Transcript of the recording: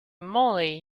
moly